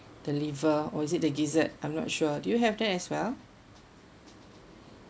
the liver or is it the gizzard I'm not sure do you have that as well